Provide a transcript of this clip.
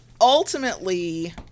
Ultimately